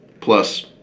Plus